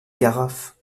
carafe